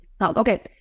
Okay